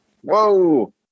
Whoa